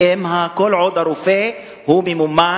ועדת הכלכלה בראשותי החליטה לשים דגש מיוחד,